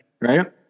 Right